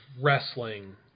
wrestling